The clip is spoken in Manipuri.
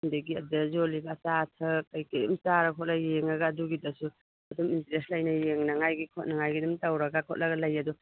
ꯑꯗꯨꯗꯒꯤ ꯑꯗꯨꯗ ꯌꯣꯜꯂꯤꯕ ꯑꯆꯥ ꯑꯊꯛ ꯀꯔꯤ ꯀꯔꯤ ꯑꯗꯨꯝ ꯆꯥꯔ ꯈꯣꯠꯂ ꯌꯦꯡꯉꯒ ꯑꯗꯨꯒꯤꯗꯁꯨ ꯑꯗꯨꯝ ꯏꯟꯇ꯭ꯔꯦꯁ ꯂꯩꯅ ꯌꯦꯡꯅꯤꯡꯉꯥꯏꯒꯤ ꯈꯣꯠꯅꯉꯥꯏꯒꯤ ꯑꯗꯨꯝ ꯇꯧꯔꯒ ꯈꯣꯠꯂꯒ ꯂꯩ ꯑꯗꯨ